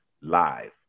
live